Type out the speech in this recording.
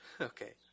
Okay